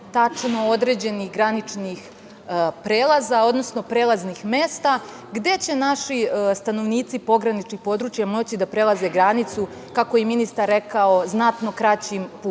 tačno određenih graničnih prelaza, odnosno prelaznih mesta, gde će naši stanovnici pograničnih područja moći da prelaze granicu, kako je i ministar rekao, znatno kraćim putem.